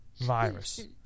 virus